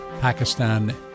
Pakistan